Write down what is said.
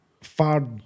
far